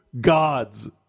gods